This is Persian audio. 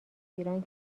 ایران